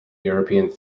european